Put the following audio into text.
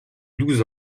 douze